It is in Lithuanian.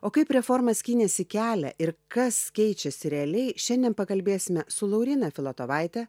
o kaip reforma skynėsi kelią ir kas keičiasi realiai šiandien pakalbėsime su lauryna filotovaite